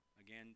again